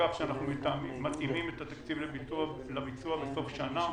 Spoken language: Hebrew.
לכך שאנחנו מתאימים את התקציב לביצוע בסוף שנה.